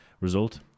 result